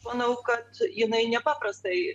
manau kad jinai nepaprastai